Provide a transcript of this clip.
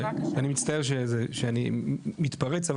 אני מצטער שאני מתפרץ,